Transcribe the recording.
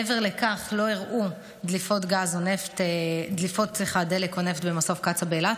מעבר לכך לא אירעו דלקות של דלק או נפט במסוף קצא"א באילת